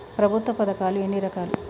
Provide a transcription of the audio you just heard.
ప్రభుత్వ పథకాలు ఎన్ని రకాలు?